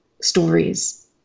stories